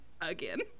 again